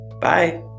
Bye